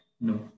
No